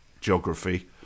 geography